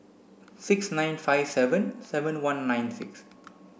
six nine five seven seven one nine six